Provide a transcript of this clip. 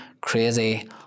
crazy